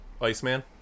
Iceman